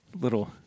little